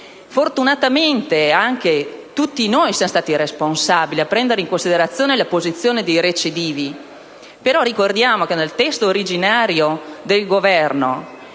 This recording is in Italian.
questa mattina, tutti noi siamo stati responsabili nel prendere in considerazione la posizione dei recidivi. Ricordiamo che nel testo originario del Governo,